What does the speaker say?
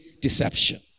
deception